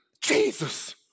Jesus